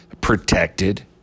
protected